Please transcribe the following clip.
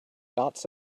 dots